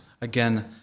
again